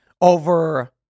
over